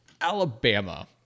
Alabama